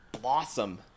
blossom